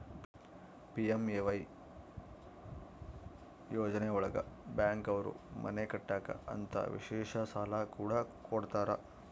PMAY ಯೋಜನೆ ಒಳಗ bank ಅವ್ರು ಮನೆ ಕಟ್ಟಕ್ ಅಂತ ವಿಶೇಷ ಸಾಲ ಕೂಡ ಕೊಡ್ತಾರ